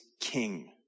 king